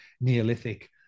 neolithic